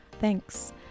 thanks